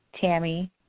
Tammy